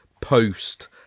post